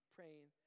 Praying